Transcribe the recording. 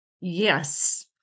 Yes